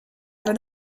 out